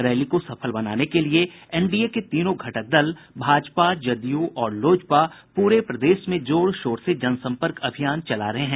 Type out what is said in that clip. rally को सफल बनाने के लिए एनडीए के तीनों घटक दल भाजपा जदयू और लोजपा पूरे प्रदेश में जोर शोर से जनसंपर्क अभियान चला रहे हैं